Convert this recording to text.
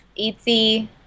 Etsy